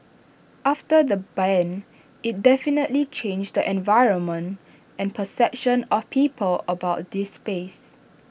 after the ban IT definitely changed the environment and perception of people about this space